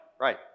right